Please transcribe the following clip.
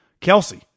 Kelsey